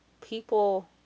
people